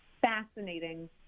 fascinating